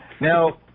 Now